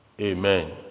Amen